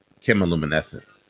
chemiluminescence